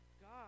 God